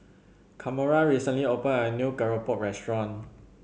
Kamora recently opened a new Keropok restaurant